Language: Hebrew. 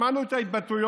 שמענו את ההתבטאויות